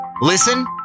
Listen